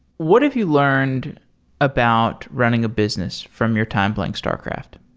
what have you learned about running a business from your time playing starcraft?